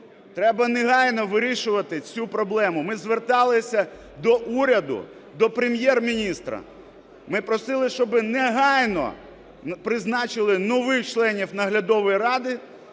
Треба негайно вирішувати цю проблему. Ми зверталися до уряду, до Прем'єр-міністра, ми просили, щоб негайно призначили нових членів наглядової ради